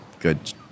good